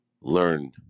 learn